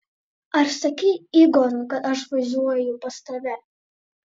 ar sakei igoriui kad aš važiuoju pas tave